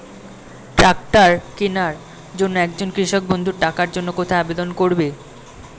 Tractor কিনার জন্য একজন কৃষক বন্ধু টাকার জন্য কোথায় আবেদন করবে?